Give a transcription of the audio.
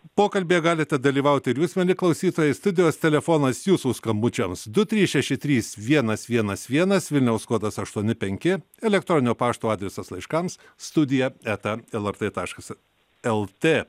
pokalbyje galite dalyvauti ir jūs mieli klausytojai studijos telefonas jūsų skambučiams du trys šeši trys vienas vienas vienas vilniaus kodas aštuoni penki elektroninio pašto adresas laiškams studija eta lrt taškas lt